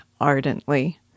ardently